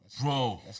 Bro